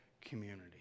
community